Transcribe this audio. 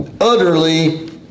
utterly